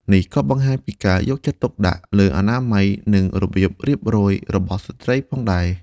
នេះក៏បង្ហាញពីការយកចិត្តទុកដាក់លើអនាម័យ និងរបៀបរៀបរយរបស់ស្ត្រីផងដែរ។